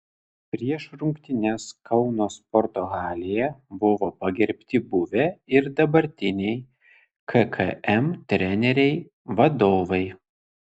prieš rungtynes kauno sporto halėje buvo pagerbti buvę ir dabartiniai kkm treneriai vadovai